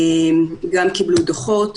גם קיבלו דוחות,